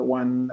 one